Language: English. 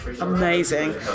Amazing